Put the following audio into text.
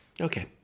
Okay